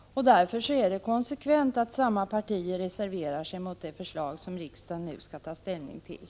Det är därför konsekvent att samma partier reserverar sig mot det förslag som riksdagen nu skall ta ställning till.